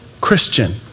Christian